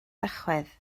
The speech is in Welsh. tachwedd